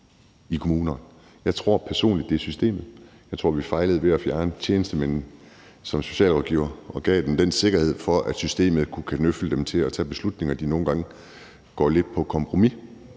Jeg tror personligt, det er systemet; jeg tror, vi fejlede ved at fjerne tjenestemænd som socialrådgivere og give dem en sikkerhed, i forhold til at systemet kunne kanøfle dem til at tage beslutninger, hvor de nogle gange går lidt på kompromis.